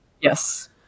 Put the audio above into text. Yes